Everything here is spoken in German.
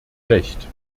recht